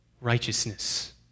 righteousness